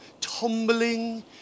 tumbling